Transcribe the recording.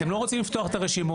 אתם לא רוצים לפתוח את הרשימות.